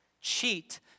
Cheat